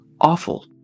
awful